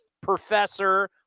professor